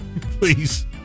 please